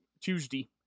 Tuesday